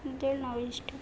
ಅಂತೇಳಿ ನಾವು